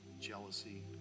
jealousy